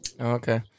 Okay